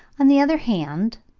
on the other hand,